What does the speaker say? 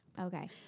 Okay